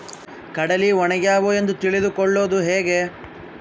ಕಡಲಿ ಒಣಗ್ಯಾವು ಎಂದು ತಿಳಿದು ಕೊಳ್ಳೋದು ಹೇಗೆ?